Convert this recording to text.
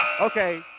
Okay